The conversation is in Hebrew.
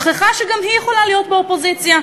שכחה שגם היא יכולה להיות באופוזיציה.